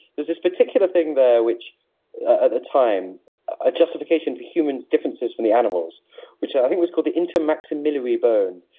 there's this particular there which ah at the time ah justification for human's differences from the animals which i think was called the intermaxillary bone,